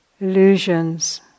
illusions